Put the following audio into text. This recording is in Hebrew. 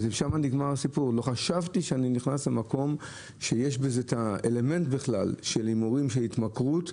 הוא אמר: לא חשבתי שאני נכנס למקום שיש בו אלמנט של הימורים והתמכרות.